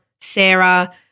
Sarah